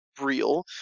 real